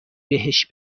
بهش